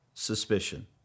Suspicion